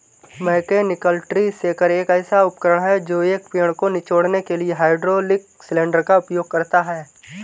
mechanical tree shaker एक ऐसा उपकरण है जो एक पेड़ को निचोड़ने के लिए हाइड्रोलिक सिलेंडर का उपयोग करता है